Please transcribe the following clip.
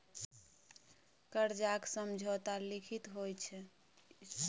करजाक समझौता लिखित होइ छै